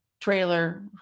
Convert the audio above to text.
trailer